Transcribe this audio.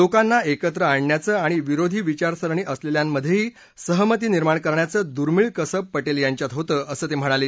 लोकांना एकत्र आणण्याचं आणि विरोधी विचारसरणी असलेल्यांमध्येही सहमती निर्माण करण्याचं दुर्मीळ कसब पटेल यांच्यात होतं असं ते म्हणाले